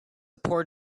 poor